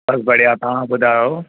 बसि बढ़िया तव्हां ॿुधायो